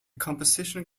composition